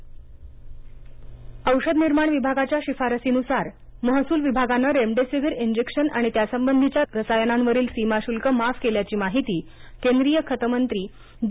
remdesivir सीमा शल्क औषधनिर्माण विभागाच्या शिफारशीनुसार महसूल विभागाने रेमडेसिवीर इंजेक्शन आणि त्यासंबधीच्या रसायनांवरील सीमा शुल्क माफ केल्याची माहिती केंद्रीय खत मंत्री डी